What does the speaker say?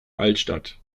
altstadt